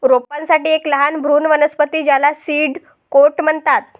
रोपांसाठी एक लहान भ्रूण वनस्पती ज्याला सीड कोट म्हणतात